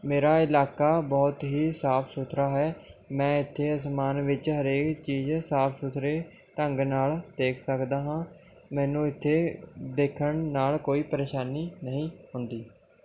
ਮੇਰਾ ਇਲਾਕਾ ਬਹੁਤ ਹੀ ਸਾਫ਼ ਸੁਥਰਾ ਹੈ ਮੈਂ ਇੱਥੇ ਅਸਮਾਨ ਵਿੱਚ ਹਰੇਕ ਚੀਜ਼ ਸਾਫ਼ ਸੁਥਰੇ ਢੰਗ ਨਾਲ਼ ਦੇਖ ਸਕਦਾ ਹਾਂ ਮੈਨੂੰ ਇੱਥੇ ਦੇਖਣ ਨਾਲ਼ ਕੋਈ ਪ੍ਰੇਸ਼ਾਨੀ ਨਹੀਂ ਹੁੰਦੀ